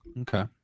Okay